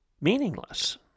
meaningless